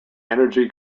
energy